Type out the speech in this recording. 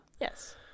Yes